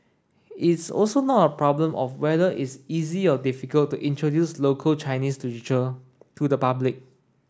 it's also not a problem of whether it's easy or difficult to introduce local Chinese literature to the public